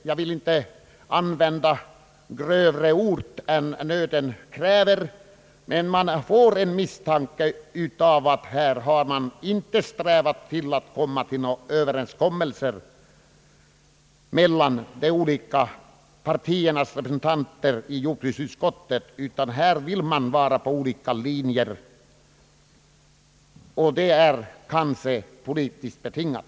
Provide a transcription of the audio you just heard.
Jag vill inte använda grövre ord än nö den kräver, men det uppstår en misstanke om att man här inte strävat efter att komma till någon överenskommelse mellan de olika partiernas representanter i jordbruksutskottet. Här vill man vara på olika linjer. Det är kanske politiskt betingat.